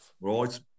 Right